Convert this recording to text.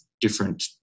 different